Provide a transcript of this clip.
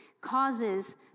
causes